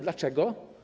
Dlaczego?